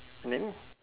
then